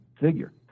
figure